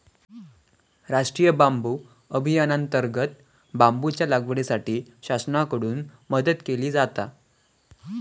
राष्टीय बांबू अभियानांतर्गत बांबूच्या लागवडीसाठी शासनाकडून मदत केली जाता